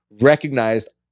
recognized